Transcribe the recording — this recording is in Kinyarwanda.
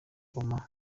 goma